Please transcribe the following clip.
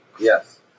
Yes